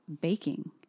baking